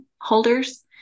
holders